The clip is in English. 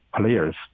players